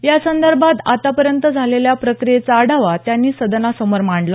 यासंदर्भात आतापर्यंत झालेल्या प्रक्रियेचा आढावा त्यांनी सदनासमोर मांडला